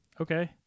okay